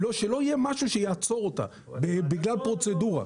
שלא יהיה משהו שיעצור אותה בגלל פרוצדורה.